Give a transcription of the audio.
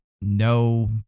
no